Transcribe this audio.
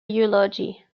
eulogy